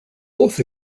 both